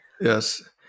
Yes